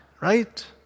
right